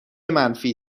منفی